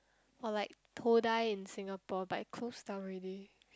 or like Todai in Singapore but it closed down already